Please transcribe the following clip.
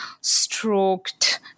stroked